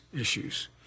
issues